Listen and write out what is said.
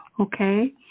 Okay